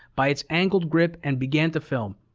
by its angled grip and began to film.